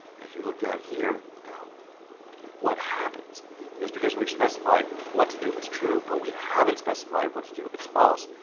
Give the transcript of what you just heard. and if you look down here, now what happens is, because we've specified what to do if it's true, but we haven't specified what to do if it's false,